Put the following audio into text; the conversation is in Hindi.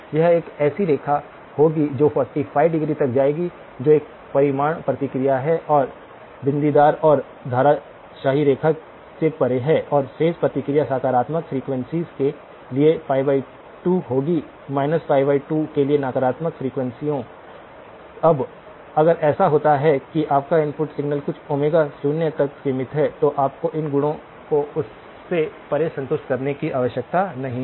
यह Hcjj है यह एक ऐसी रेखा होगी जो 45 डिग्री तक जाएगी जो एक परिमाण प्रतिक्रिया है और बिंदीदार और धराशायी रेखा से परे है और फेज प्रतिक्रिया सकारात्मक फ्रीक्वेंसीयों के लिए 2 होगी 2 के लिए नकारात्मक फ्रीक्वेंसीयों अब अगर ऐसा होता है कि आपका इनपुट सिग्नल कुछ ओमेगा शून्य तक सीमित है तो आपको इन गुणों को उससे परे संतुष्ट करने की आवश्यकता नहीं है